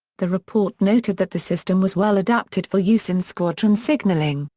the report noted that the system was well adapted for use in squadron signalling,